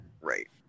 Right